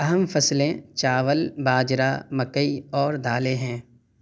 اہم فصلیں چاول باجرا مکئی اور دالیں ہیں